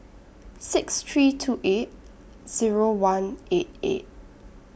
six three two eight Zero one eight eight